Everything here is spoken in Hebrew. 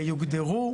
ויוגדרו